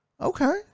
Okay